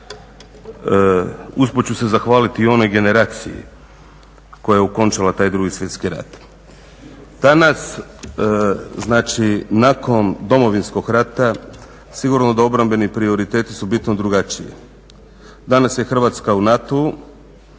Usput ću se zahvaliti i onoj generaciji koja je okončala taj 2. svjetski rat. Danas znači nakon Domovinskog rata sigurno da obrambeni prioriteti su bitno drugačiji. Danas je Hrvatska u NATO-u